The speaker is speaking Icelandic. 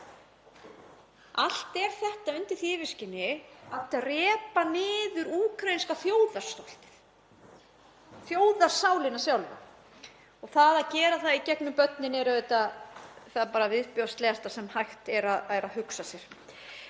Allt er þetta undir því yfirskini að drepa niður úkraínska þjóðarstoltið, þjóðarsálina sjálfa og það að gera það í gegnum börnin er auðvitað bara það viðbjóðslegasta sem hægt er að hugsa sér.